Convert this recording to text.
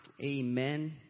Amen